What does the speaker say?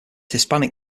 hispanic